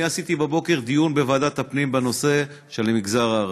אני עשיתי בבוקר דיון בוועדת הפנים בנושא של המגזר הערבי.